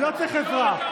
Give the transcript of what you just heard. אני לא צריך עזרה.